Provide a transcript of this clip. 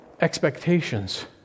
expectations